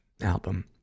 album